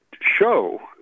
show